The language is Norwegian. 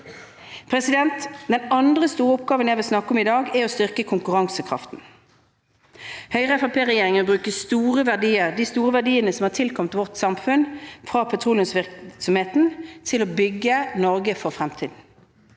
arbeidet. Den andre store oppgaven jeg vil snakke om i dag, er å styrke konkurransekraften. Høyre–Fremskrittspartiregjeringen vil bruke de store verdiene som har tilkommet vårt samfunn fra petroleumsvirksomheten, til å bygge Norge for fremtiden.